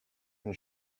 and